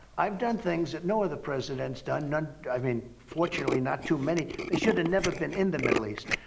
i've done things that no other president's done. none i mean, fortunately not too many. they should've never been in the middle east.